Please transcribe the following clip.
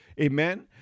Amen